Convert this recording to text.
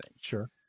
Sure